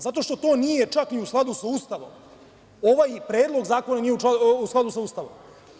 Zato što to nije čak ni u skladu sa Ustavom i ovaj Predlog zakona nije u skladu sa Ustavom.